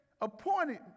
appointed